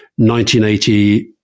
1980